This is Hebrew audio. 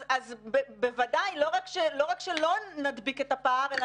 אז בוודאי לא רק שלא נדביק את הפער אלא